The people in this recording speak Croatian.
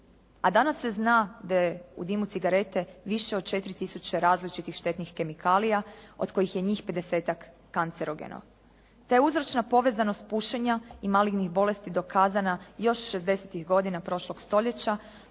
A danas se zna da je u dimu cigarete više od 4 tisuće različitih štetnih kemikalija od kojih je njih 50-tak kancerogeno. Da je uzročna povezanost pušenja i malignih bolesti dokazana još 60-tih godina prošlog stoljeća